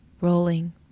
rolling